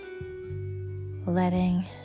Letting